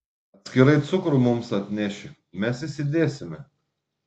atskirai cukrų mums atneši mes įsidėsime